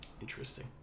Interesting